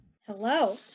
Hello